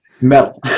metal